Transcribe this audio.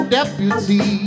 deputy